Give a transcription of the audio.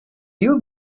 you